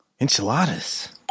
enchiladas